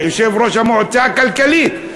יושב-ראש המועצה הכלכלית,